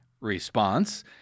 response